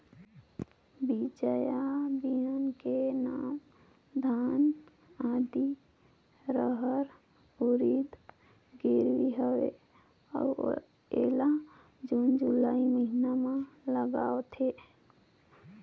बीजा या बिहान के नवा धान, आदी, रहर, उरीद गिरवी हवे अउ एला जून जुलाई महीना म लगाथेव?